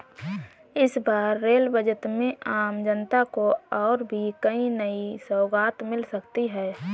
इस बार rail budget में आम जनता को और भी कई नई सौगात मिल सकती हैं